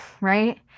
right